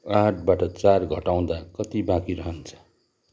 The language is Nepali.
आठबाट चार घटाउँदा कति बाँकी रहन्छ